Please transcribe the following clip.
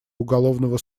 уголовного